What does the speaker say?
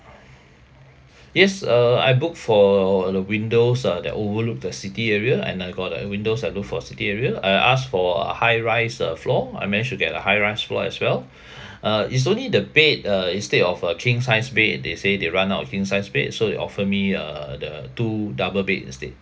yes uh I book for the windows uh that overlook the city area and I got a windows that look for a city area I asked for a high rise uh floor I managed to get a high rise floor as well uh it's only the bed uh instead of a king sized bed they say they run out of king size bed so they offer me uh uh the two double bed instead